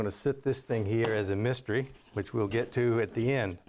going to set this thing here is a mystery which we'll get to at the end